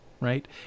right